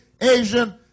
Asian